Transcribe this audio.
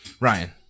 Ryan